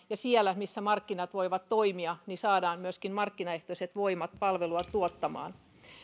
ja siellä missä markkinat voivat toimia saadaan myöskin markkinaehtoiset voimat palvelua tuottamaan